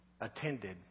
attended